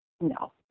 no